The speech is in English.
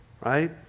right